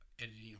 editing